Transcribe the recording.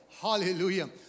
Hallelujah